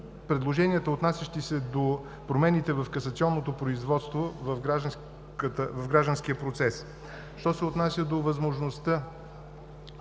предложенията, отнасящи се до промените в касационното производство в гражданския процес, що се отнася до възможността